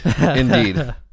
indeed